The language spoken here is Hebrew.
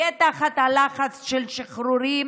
היא תהיה תחת לחץ של שחרורים